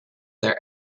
their